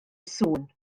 sŵn